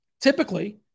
typically